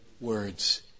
words